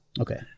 Okay